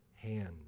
hand